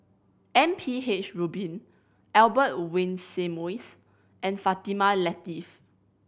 M P H Rubin Albert Winsemius and Fatimah Lateef